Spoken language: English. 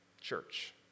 church